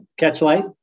Catchlight